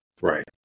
Right